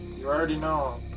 you already know him.